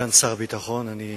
דניאל בן-סימון, בבקשה.